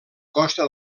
costa